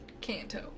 Kanto